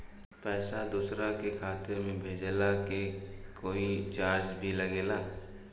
पैसा दोसरा के खाता मे भेजला के कोई चार्ज भी लागेला?